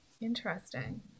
Interesting